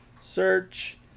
search